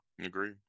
agree